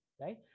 right